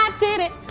um did it!